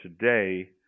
today